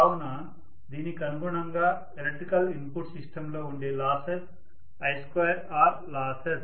కావున దీనికనుగుణంగా electrical input system లో ఉండే లాసెస్ I2R లాసెస్